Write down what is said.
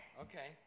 Okay